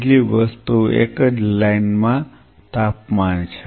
બીજી વસ્તુ એક જ લાઇન માં તાપમાન છે